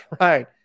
right